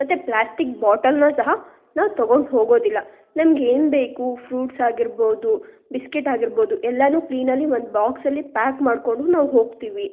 ಮತ್ತೆ ಪ್ಲಾಸ್ಟಿಕ್ ಬಾಟಲನ್ನ ಸಹ ನಾವು ತೊಗೊಂಡು ಹೋಗೋದಿಲ್ಲ ನಮಗೆ ಏನು ಬೇಕು ಫ್ರೂಟ್ಸ್ ಆಗಿರ್ಬೋದು ಬಿಸ್ಕೆಟ್ ಆಗಿರ್ಬೋದು ಎಲ್ಲಾ ಕ್ಲೀನಲ್ಲಿ ಒಂದು ಬಾಕ್ಸಲ್ಲಿ ಪ್ಯಾಕ್ ಮಾಡಿಕೊಂಡು ನಾವು ಹೋಗ್ತೀವಿ